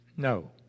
No